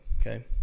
okay